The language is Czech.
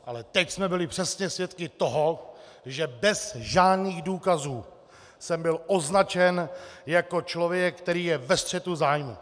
Ale teď jsme byli přesně svědky toho, že bez žádných důkazů jsem byl označen jako člověk, který je ve střetu zájmů!